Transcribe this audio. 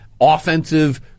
offensive